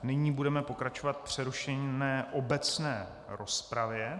Nyní budeme pokračovat v přerušené obecné rozpravě.